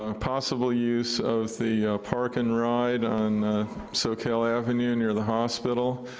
ah possible use of the park and ride on soquel avenue, near the hospital,